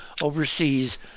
overseas